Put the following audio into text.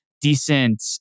Decent